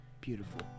Beautiful